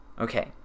Okay